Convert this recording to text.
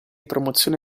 promozione